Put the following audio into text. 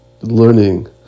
learning